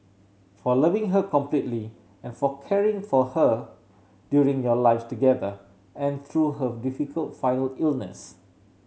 for loving her completely and for caring for her during your lives together and through her difficult final illness